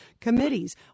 committees